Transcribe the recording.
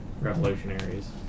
revolutionaries